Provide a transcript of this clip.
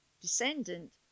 descendant